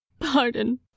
Pardon